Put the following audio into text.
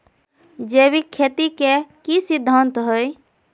जैविक खेती के की सिद्धांत हैय?